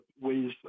ways